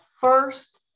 first